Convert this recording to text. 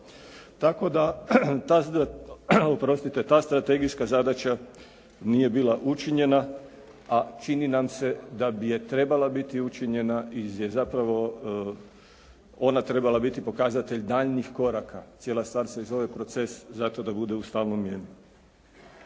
Tako da ta strategijska zadaća nije bila učinjena a čini nam se da bi je trebala biti učinjena iz zapravo, ona trebala biti pokazatelj daljnjih koraka, cijela stvar se i zove proces zato da bude u stalnom mijeni.